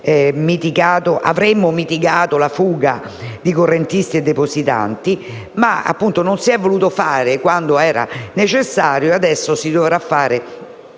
avremmo mitigato la fuga di correntisti e depositanti. Non lo si è voluto fare quando era necessario e lo si dovrà fare